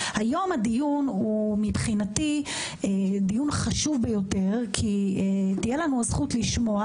היום מבחינתי הוא דיון חשוב ביותר כי תהיה לנו הזכות לשמוע